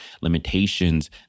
limitations